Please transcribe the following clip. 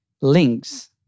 links